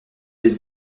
des